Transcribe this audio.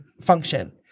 function